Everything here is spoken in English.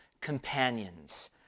companions